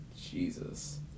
Jesus